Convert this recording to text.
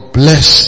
bless